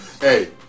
hey